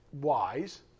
wise